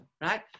right